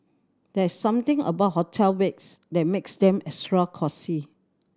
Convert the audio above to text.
there's something about hotel beds that makes them extra cosy